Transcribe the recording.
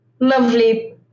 lovely